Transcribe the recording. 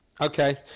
Okay